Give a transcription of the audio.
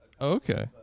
Okay